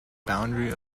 boundary